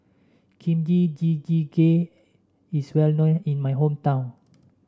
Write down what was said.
Kimchi Jjigae is well known in my hometown